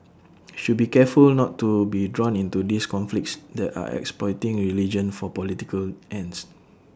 should be careful not to be drawn into these conflicts that are exploiting religion for political ends